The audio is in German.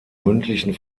mündlichen